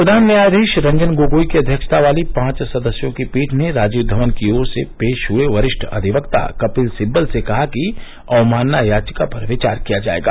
प्रधान न्यायाधीश रंजन गोगोई की अध्यक्षता वाली पांच सदस्यों की पीठ ने राजीव धवन की ओर से पेश हुए वरिष्ठ अधिवक्ता कपिल सिब्बल से कहा कि अवमानना याचिका पर विचार किया जाएगा